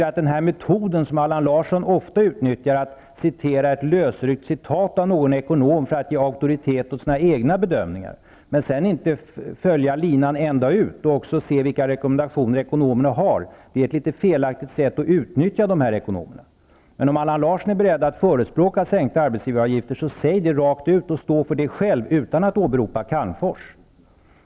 Allan Larsson utnyttjar ofta metoden att anföra ett lösryckt citat från någon ekonom för att ge auktoritet åt sina egna bedömningar, men löper sedan inte linan ut och ser efter vilka rekommendationer ekonomen har. Det är att använda ekonomerna på ett felaktigt sätt. Om Allan Larsson är beredd att förespråka sänkningar av arbetsgivaravgifterna, säg det rakt ut och stå för det själv, utan att åberopa Calmfors!